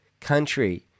country